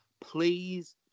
please